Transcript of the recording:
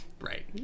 Right